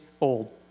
old